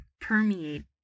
permeate